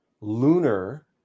lunar